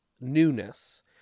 newness